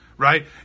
right